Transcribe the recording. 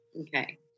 okay